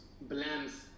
blends